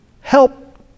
help